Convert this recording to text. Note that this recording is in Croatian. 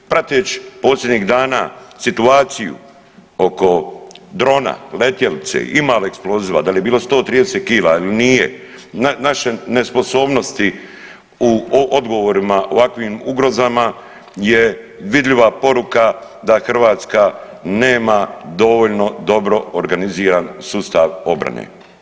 Preteći posljednjih dana situaciju oko drona, letjelice, ima li eksploziva, da li je bilo 130 kg ili nije, naše nesposobnosti u odgovorima ovakvim ugrozama je vidljiva poruka da Hrvatska nema dovoljno dobro organiziran sustav obrane.